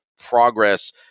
progress